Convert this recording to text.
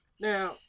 Now